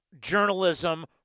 journalism